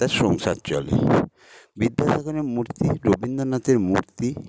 তার সংসার চলে বিদ্যাসাগরের মূর্তি রবীন্দ্রনাথের মূর্তি